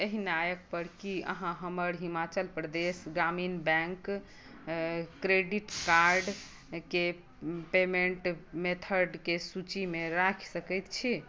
एहि नायक पर की अहाँ हमर हिमाचल प्रदेश ग्रामीण बैंक क्रेडिट कार्डकेँ पेमेंट मेथडकेँ सूचीमे राखि सकैत छी